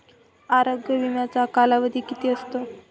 आरोग्य विम्याचा कालावधी किती असतो?